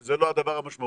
זה לא הדבר המשמעותי,